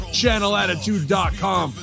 channelattitude.com